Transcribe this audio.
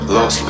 Lost